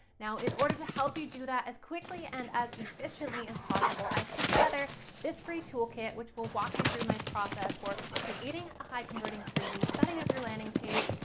now in order to help you do that as quickly and as efficiently as possible, i've put together this free toolkit which will walk you through my process for creating a high converting freebie, setting up your landing page,